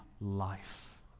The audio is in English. life